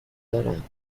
دارم